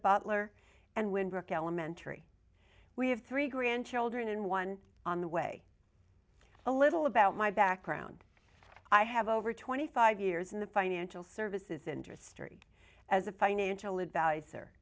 butler and when brook elementary we have three grandchildren and one on the way a little about my background i have over twenty five years in the financial services industry as a financial advisor